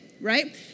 right